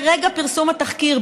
ברגע פרסום התחקיר,